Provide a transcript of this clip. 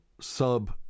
sub